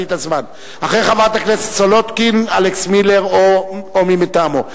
אחרי חברת הכנסת סולודקין, אלכס מילר או מי מטעמו.